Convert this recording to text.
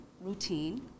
routine